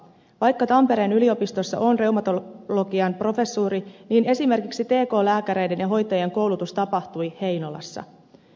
vaikka tampereen yliopistossa on reumatologian professuuri niin esimerkiksi tk lääkäreiden ja hoitajien koulutus tapahtui heinolassa